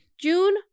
june